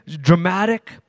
dramatic